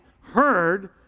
heard